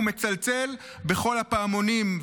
הוא מצלצל בכל הפעמונים,